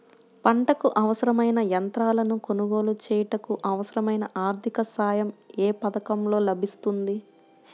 పంటకు అవసరమైన యంత్రాలను కొనగోలు చేయుటకు, అవసరమైన ఆర్థిక సాయం యే పథకంలో లభిస్తుంది?